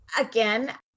Again